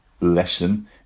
lesson